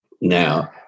Now